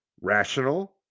rational